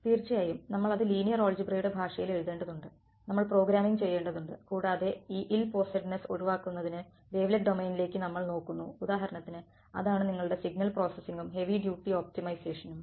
തീർച്ചയായും നമ്മൾ അത് ലീനിയർ ഓൾജിബ്രയുടെ ഭാഷയിൽ എഴുതേണ്ടതുണ്ട് നമ്മൾ പ്രോഗ്രാമിംഗ് ചെയ്യേണ്ടതുണ്ട് കൂടാതെ ആ ഇൽ പോസെഡ്നെസ്സ് ഒഴിവാക്കുന്നതിന് വേവ്ലെറ്റ് ഡൊമെയ്നിലേക്ക് നമ്മൾ നോക്കുന്നു ഉദാഹരണത്തിന് അതാണ് നിങ്ങളുടെ സിഗ്നൽ പ്രോസസ്സിംഗും ഹെവി ഡ്യൂട്ടി ഒപ്റ്റിമൈസേഷനും